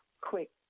quick